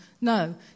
No